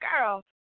girl